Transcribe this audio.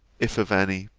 if of any.